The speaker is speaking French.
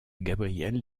gabrielle